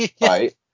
right